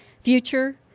future